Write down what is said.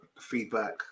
feedback